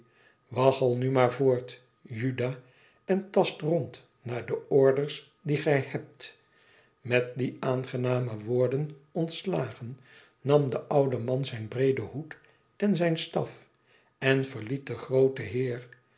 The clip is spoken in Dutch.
waggel nu maar voort juda en tast rond naar de orders die gij hebt met die aangename woorden ontslagen nam de oude man zijn breeden hoed en zijn staf en verliet den grooten heer